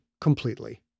completely